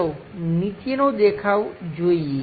ચાલો નીચેનો દેખાવ જોઈએ